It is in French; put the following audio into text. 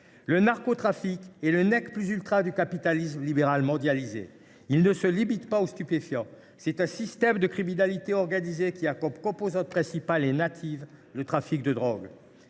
Le narcotrafic est le du capitalisme libéral mondialisé. Il ne se limite pas aux stupéfiants. C’est un système de criminalité organisée, qui a comme composante principale et native le trafic de drogues.